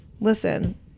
Listen